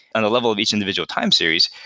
on a level of each individual time series,